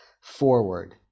forward